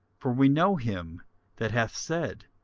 for we know him that hath said,